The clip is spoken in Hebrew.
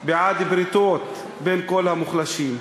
בעד בריתות בין כל המוחלשים.